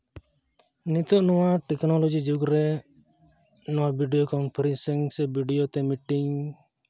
ᱱᱤᱛᱚᱜ ᱱᱚᱣᱟ ᱴᱮᱠᱱᱳᱞᱚᱡᱤ ᱡᱩᱜᱽ ᱨᱮ ᱱᱚᱣᱟ ᱵᱷᱤᱰᱭᱳ ᱠᱚᱱᱯᱷᱟᱨᱮᱱᱥᱤᱝ ᱥᱮ ᱵᱷᱤᱰᱤᱭᱳ ᱛᱮ ᱢᱤᱴᱤᱝ